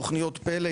תכניות פל"א,